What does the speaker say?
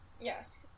Yes